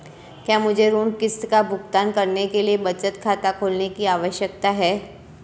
क्या मुझे ऋण किश्त का भुगतान करने के लिए बचत खाता खोलने की आवश्यकता है?